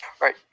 Right